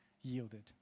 yielded